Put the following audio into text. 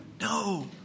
No